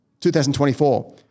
2024